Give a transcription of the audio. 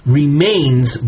remains